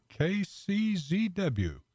KCZW